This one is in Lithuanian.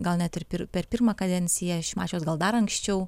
gal net ir per per pirmą kadenciją šimašiaus gal dar anksčiau